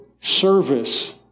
service